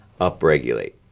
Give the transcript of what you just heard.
upregulate